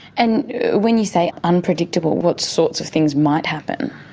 and when you say unpredictable, what sorts of things might happen?